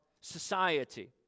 society